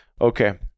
Okay